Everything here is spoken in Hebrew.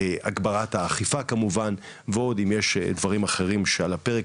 הגברת האכיפה כמובן ועוד אם יש דברים אחרים שעל הפרק,